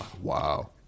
Wow